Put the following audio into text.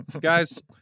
Guys